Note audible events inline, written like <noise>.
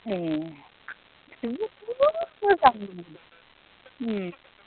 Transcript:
ए <unintelligible> जोबोद मोजां